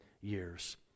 years